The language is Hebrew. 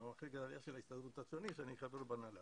עם מחלקת העלייה של ההסתדרות הציונית שאני חבר בהנהלה.